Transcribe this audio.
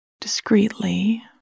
discreetly